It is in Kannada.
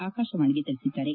ಆಕಾಶವಾಣಿಗೆ ತಿಳಿಸಿದ್ದಾರೆ